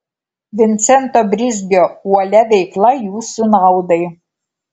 vincento brizgio uolia veikla jūsų naudai